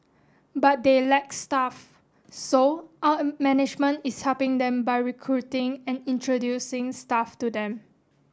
but they lack staff so our management is helping them by recruiting and introducing staff to them